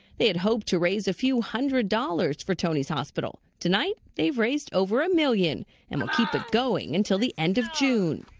they hoped to raise a few hundred dollars for tony's hospital. tonight they raised over a million and will keep it going until the end of june.